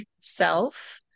self